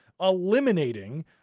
eliminating